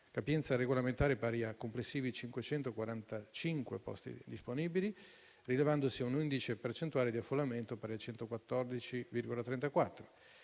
capienza regolamentare pari a complessivi 545 posti disponibili, rilevandosi un indice percentuale di affollamento pari a 114,34.